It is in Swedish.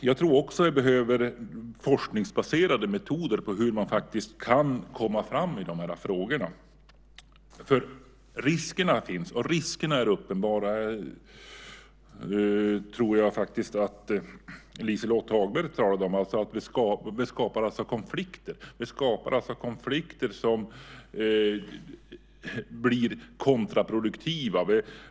Jag tror att det också behövs forskningsbaserade metoder för hur man kan komma fram i de här frågorna. Risker finns, och de är uppenbara. Jag tror att Liselott Hagberg berörde den saken. Vi skapar konflikter som blir kontraproduktiva.